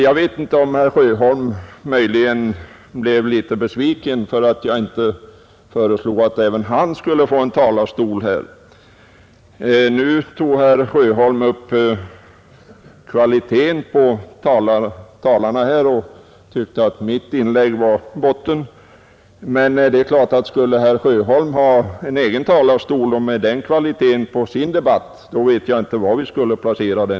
Jag vet inte om herr Sjöholm möjligen blev litet besviken för att jag inte föreslog att även han skulle få ha en egen talarstol. Herr Sjöholm tog upp kvaliteten på talarnas anföranden och ansåg att mitt senaste inlägg var botten. Skulle herr Sjöholm med den kvalitet han har på sina anföranden ha en egen talarstol så vet jag inte var vi skulle placera den.